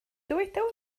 dyweda